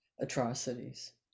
atrocities